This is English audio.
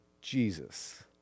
Jesus